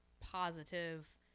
positive